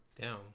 down